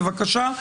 בבקשה.